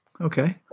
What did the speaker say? Okay